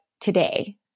today